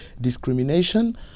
discrimination